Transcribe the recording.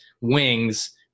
wings